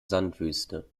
sandwüste